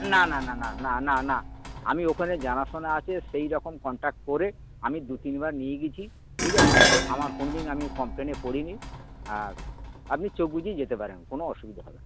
না না না না না না না আমি ওখানে জানাসোনা আছে সেই রকম কন্ট্যাক্ট করে আমি দু তিনবার নিয়ে গেছি ঠিক আছে আমার কোনো দিন আমি কমপ্লেনে পড়ি নি আর আপনি চোখ বুজেই যেতে পারেন কোনো অসুবিধা হবে না